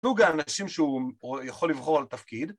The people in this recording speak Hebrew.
סוג האנשים שהוא יכול לבחור על תפקיד